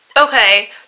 okay